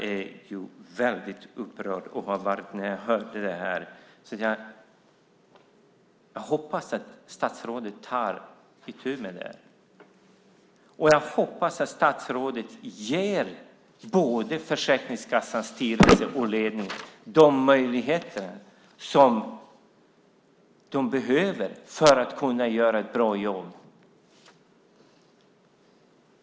Jag blev väldigt upprörd när jag hörde detta, så jag hoppas att statsrådet tar itu med det. Jag hoppas också att statsrådet ger både Försäkringskassans styrelse och dess ledning de möjligheter som behövs för att kunna göra ett bra jobb.